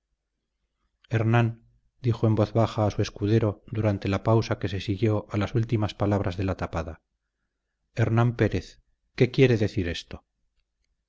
hernán dijo en voz baja a su escudero durante la pausa que se siguió a las últimas palabras de la tapada hernán pérez qué quiere decir esto